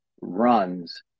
runs